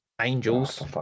Angels